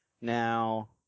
Now